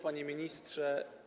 Panie Ministrze!